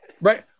right